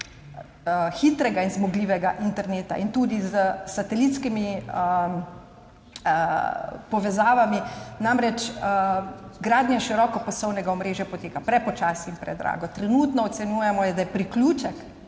hitrega in zmogljivega interneta, tudi s satelitskimi povezavami, namreč gradnja širokopasovnega omrežja poteka prepočasi in predrago. Trenutno ocenjujemo, da je en priključek